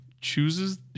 chooses